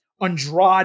Andrade